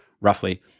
roughly